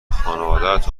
خانوادت